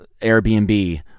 airbnb